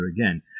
again